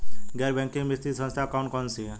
गैर बैंकिंग वित्तीय संस्था कौन कौन सी हैं?